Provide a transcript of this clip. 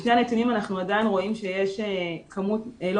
משני הנתונים אנחנו עדיין רואים שיש כמות לא